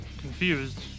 confused